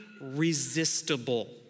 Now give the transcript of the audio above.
resistible